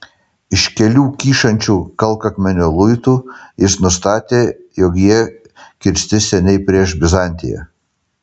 iš kelių kyšančių kalkakmenio luitų jis nustatė jog jie kirsti seniai prieš bizantiją